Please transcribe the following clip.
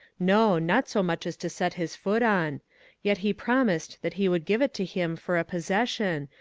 no, not so much as to set his foot on yet he promised that he would give it to him for a possession,